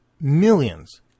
millions